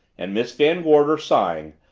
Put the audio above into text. and miss van gorder, sighing,